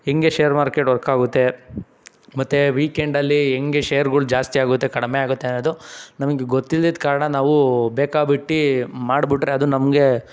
ಹೇಗೆ share market work ಆಗುತ್ತೆ ಮತ್ತು ವೀಕೆಂಡಲ್ಲಿ ಹೇಗೆ ಶೇರ್ಗಳು ಜಾಸ್ತಿ ಆಗುತ್ತೆ ಕಡಿಮೆ ಆಗುತ್ತೆ ಅನ್ನೋದು ನಮಗೆ ಗೊತ್ತಿಲ್ದಿದ್ದ ಕಾರಣ ನಾವು ಬೇಕಾಬಿಟ್ಟಿ ಮಾಡ್ಬಿಟ್ರೆ ಅದು ನಮಗೆ